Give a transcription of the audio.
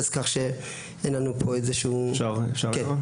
אפשר שאלה?